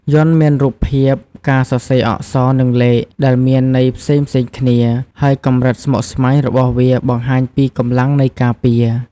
យ័ន្តមានរូបភាព ការសរសេរអក្សរ និងលេខ ដែលមានន័យផ្សេងៗគ្នា ហើយកម្រិតស្មុគស្មាញរបស់វាបង្ហាញពីកម្លាំងនៃការពារ។